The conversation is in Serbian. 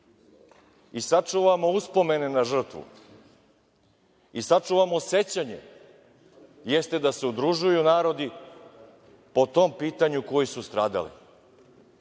i sačuvamo uspomene na žrtvu, i sačuvamo sećanje, jeste da se udružuju narodi po tom pitanju koji su stradali.